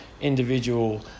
individual